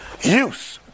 use